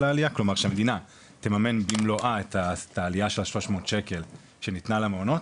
כלומר שהמדינה תממן במלואה את העלייה של ה-300 שקל שניתנה למעונות,